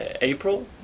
April